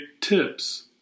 tips